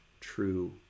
true